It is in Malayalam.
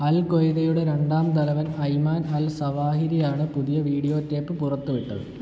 അൽ ഖ്വയ്ദയുടെ രണ്ടാം തലവൻ അയ്മാൻ അൽ സവാഹിരിയാണ് പുതിയ വീഡിയോ ടേപ്പ് പുറത്തുവിട്ടത്